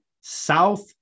South